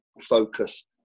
focus